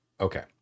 Okay